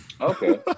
Okay